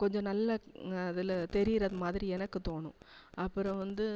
கொஞ்சம் நல்ல அதில் தெரியிறது மாதிரி எனக்கு தோணும் அப்புறம் வந்து